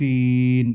تین